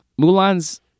Mulan's